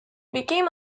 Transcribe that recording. became